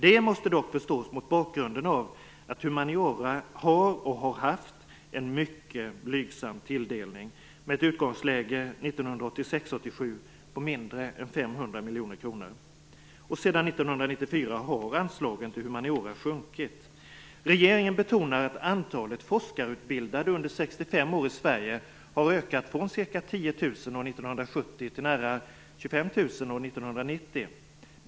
Det måste dock ses mot bakgrund av att humaniora har och har haft en mycket blygsam tilldelning med ett utgångsläge på mindre än 500 miljoner kronor 1986/87. Sedan 1994 har anslagen till humaniora sjunkit. Regeringen betonar att antalet forskarutbildade under 65 år i Sverige har ökat från ca 10 000 år 1970 till nära 25 000 år 1990.